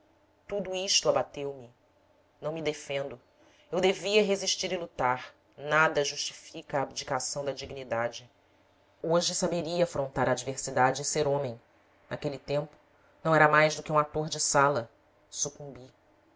tudo isto abateu me não me defendo eu devia resistir e lutar nada justifica a abdicação da dignidade hoje saberia afrontar a adversidade e ser homem naquele tempo não era mais do que um ator de sala sucumbi